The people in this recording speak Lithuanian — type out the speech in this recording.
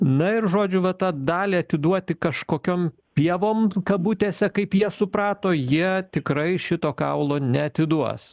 na ir žodžiu va tą dalį atiduoti kažkokiom pievom kabutėse kaip jie suprato jie tikrai šito kaulo neatiduos